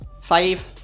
Five